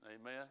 Amen